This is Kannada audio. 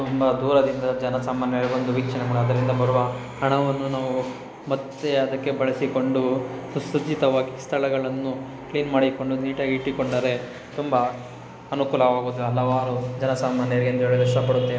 ತುಂಬ ದೂರದಿಂದ ಜನ ಸಾಮಾನ್ಯರು ಬಂದು ವೀಕ್ಷಣೆ ಮಾಡಿ ಅದರಿಂದ ಬರುವ ಹಣವನ್ನು ನಾವು ಮತ್ತೆ ಅದಕ್ಕೆ ಬಳಸಿಕೊಂಡು ಸುಸಜ್ಜಿತವಾಗಿ ಸ್ಥಳಗಳನ್ನು ಕ್ಲೀನ್ ಮಾಡಿಕೊಂಡು ನೀಟಾಗಿ ಇಟ್ಟುಕೊಂಡರೆ ತುಂಬ ಅನುಕೂಲವಾಗುತ್ತೆ ಹಲವಾರು ಜನ ಸಾಮಾನ್ಯರಿಗೆ ಎಂದು ಹೇಳಲು ಇಷ್ಟಪಡುತ್ತೆ